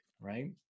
right